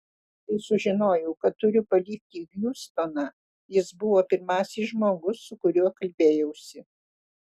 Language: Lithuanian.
kai sužinojau kad turiu palikti hjustoną jis buvo pirmasis žmogus su kuriuo kalbėjausi